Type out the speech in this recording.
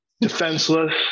defenseless